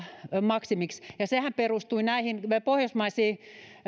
maksimiksi sehän perustui näihin